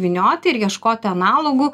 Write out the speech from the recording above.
vynioti ir ieškoti analogų